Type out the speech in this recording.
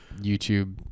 YouTube